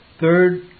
Third